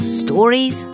stories